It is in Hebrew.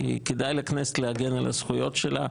כי כדאי לכנסת להגן על הזכויות שלה.